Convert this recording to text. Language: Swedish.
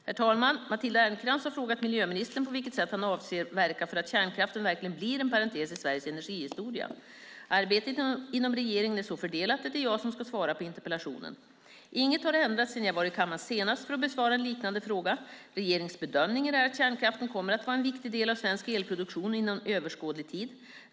Herr talman! Matilda Ernkrans har frågat miljöministern på vilket sätt han avser att verka för att kärnkraften verkligen blir en parentes i Sveriges energihistoria. Arbetet inom regeringen är så fördelat att det är jag som ska svara på interpellationen. Inget har ändrats sedan jag var i kammaren senast för att besvara en liknande fråga. Regeringens bedömning är att kärnkraften kommer att vara en viktig del av svensk elproduktion under överskådlig tid.